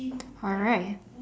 alright